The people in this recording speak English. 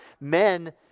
men